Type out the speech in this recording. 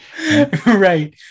right